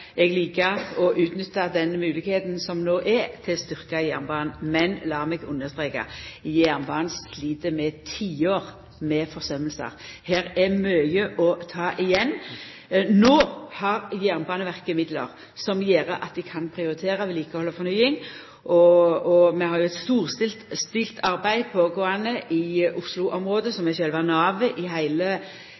eg likar å utnytta den moglegheita som no er til å styrkja jernbanen. Men lat meg understreka: Jernbanen slit med tiår med forsømmingar. Her er det mykje å ta igjen. No har Jernbaneverket midlar som gjer at dei kan prioritera vedlikehald og fornying. Vi har eit storstilt arbeid som pågår i Oslo-området, som er sjølve navet i heile